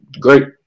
Great